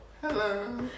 Hello